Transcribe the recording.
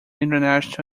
international